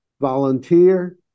Volunteer